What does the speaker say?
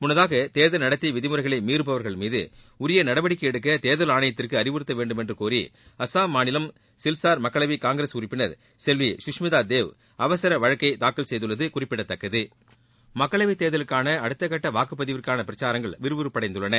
முன்னதாக தேர்தல் நடத்தை விதிமுறைகளை மீறபவர்கள் மீது உரிய நடவடிக்கை எடுக்க தேர்தல் ஆணையத்திற்கு அறிவுறுத்தவேண்டும் என்று கோரி அசாம் மாநிலம் சில்சார் மக்களவை காங்கிரஸ் உறுப்பினர் செல்வி சுஷ்மிதா தேவ் அவசர வழக்கை தாக்கல் செய்துள்ளது குறிப்பிடத்தக்கது மக்களவைத் தேர்தலுக்கான அடுத்தக்கட்ட வாக்குப்பதிவுக்கான பிரச்சாரங்கள் விறுவிறுப்படைந்துள்ளன